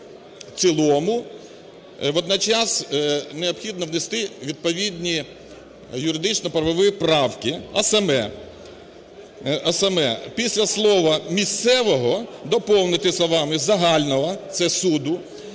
Водночас необхідно внести відповідні юридично-правові правки, а саме: після слова "місцевого" доповнити словами "загального". Це суду.